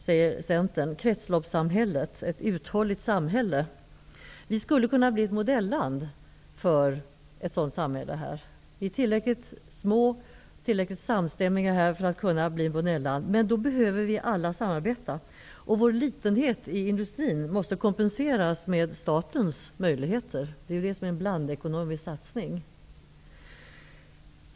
Vi vill ha ett kretsloppssamhälle, ett uthålligt samhälle. Vi skulle kunna bli ett modelland för ett sådant samhälle. Vi är tillräckligt små och samstämmiga för att kunna bli ett modelland. Men då måste vi alla samarbeta. Vår litenhet i industrin måste kompenseras med statens möjligheter. Det är en blandekonomisk satsning.